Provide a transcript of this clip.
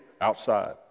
outside